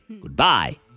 goodbye